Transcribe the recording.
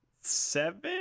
Seven